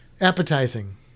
appetizing